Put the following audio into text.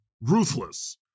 ruthless